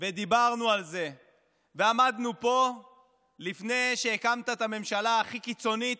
ודיברנו על זה ועמדנו פה לפני שהקמת את הממשלה הכי קיצונית